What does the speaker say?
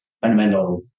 fundamental